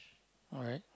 alright